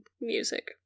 music